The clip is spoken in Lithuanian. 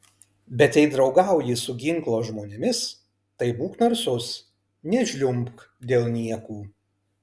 bet jei draugauji su ginklo žmonėmis tai būk narsus nežliumbk dėl niekų